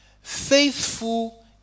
Faithful